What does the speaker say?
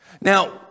Now